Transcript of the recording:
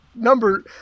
number